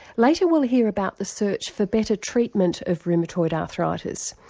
later we'll hear about the search for better treatment of rheumatoid arthritis.